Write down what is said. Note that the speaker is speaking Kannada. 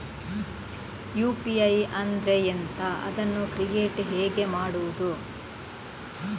ಯು.ಪಿ.ಐ ಅಂದ್ರೆ ಎಂಥ? ಅದನ್ನು ಕ್ರಿಯೇಟ್ ಹೇಗೆ ಮಾಡುವುದು?